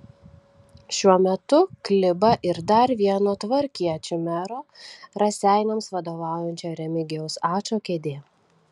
šiuo metu kliba ir dar vieno tvarkiečių mero raseiniams vadovaujančio remigijaus ačo kėdė